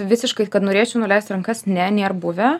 visiškai kad norėčiau nuleist rankas ne nenėr buvę